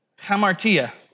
Hamartia